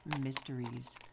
mysteries